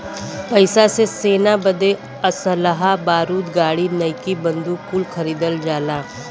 पइसा से सेना बदे असलहा बारूद गाड़ी नईकी बंदूक कुल खरीदल जाला